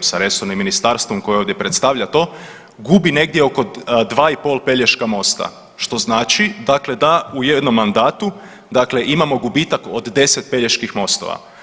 sa resornim ministarstvom koje ovdje predstavlja to gubi negdje oko 2 i pol Pelješka mosta, što znači dakle da u jednom mandatu dakle imamo gubitak od 10 Peljeških mostova.